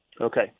okay